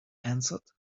answered